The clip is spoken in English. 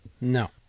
No